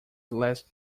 last